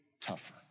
tougher